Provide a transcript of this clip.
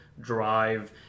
drive